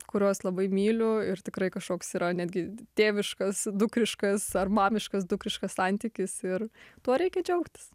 kuriuos labai myliu ir tikrai kažkoks yra netgi tėviškas dukriškas ar mamiškas dukriškas santykis ir tuo reikia džiaugtis